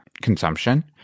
consumption